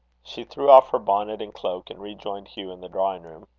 she threw off her bonnet and cloak, and rejoined hugh in the drawing-room.